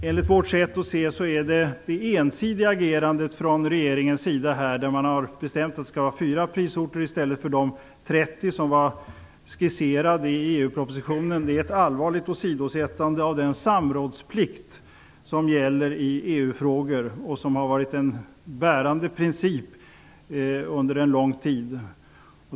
Enligt vårt sätt att se är det ett ensidigt agerande från regeringens sida att bestämma att det skall vara 4 prisorter i stället för de 30 som var skisserade i EU-propositionen. Detta är ett allvarligt åsidosättande av den samrådsplikt som gäller i EU-frågor och som har varit en bärande princip under en lång tid.